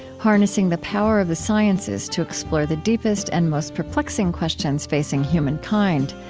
harnessing the power of the sciences to explore the deepest and most perplexing questions facing human kind.